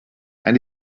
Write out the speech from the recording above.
and